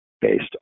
based